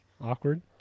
awkward